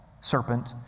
serpent